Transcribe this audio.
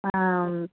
आम्